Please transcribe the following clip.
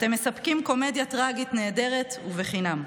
אתם מספקים קומדיה טרגית נהדרת ובחינם,